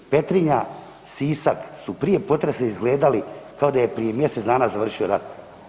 Petrinja, Sisak su prije potresa izgledali kao da je prije mjesec dana završio rat.